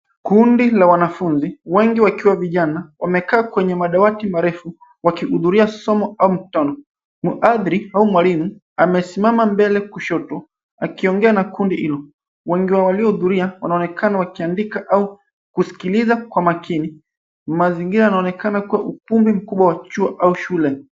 Kundi la wanafunzi, wengi wakiwa vijana, wamekaa kwenye madawati marefu wakihudhuria somo au mkutano. Mhadhiri au mwalimu amesimama mbele kushoto akiongea na kundi hilo. Wengi wa waliohudhuria wanaonekana wakiandika au kusikiliza kwa makini. Mazingira yanaonekana kuwa ukumbi mkubwa wa chuo au shule.